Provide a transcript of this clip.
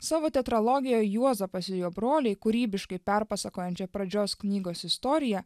savo tetralogijoje juozapas ir jo broliai kūrybiškai perpasakojančią pradžios knygos istoriją